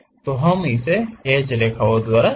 तो हम इसे हैच रेखाओं द्वारा दिखाते हैं